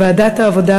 לוועדת העבודה,